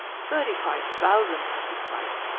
thirty-five thousand? he cried.